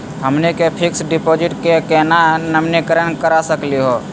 हमनी के fix deposit क केना नवीनीकरण करा सकली हो?